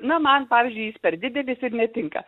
na man pavyzdžiui jis per didelis ir netinka